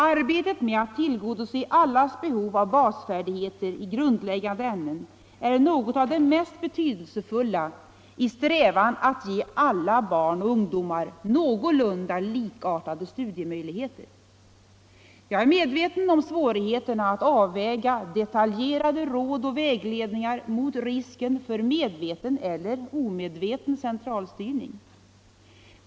Att söka tillgodose allas behov av basfärdigheter i grundläggande ämnen är något av det mest betydelsefulla i strävan att ge alla barn och ungdomar någorlunda likartade studiemöjligheter. Jag är medveten om svårigheterna att avväga detaljerade råd och vägledningar mot risken för medveten eller omedveten centralstyrning.